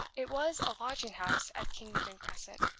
it was a lodging-house at kingsdown crescent,